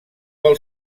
del